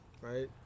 right